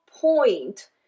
point